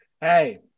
Hey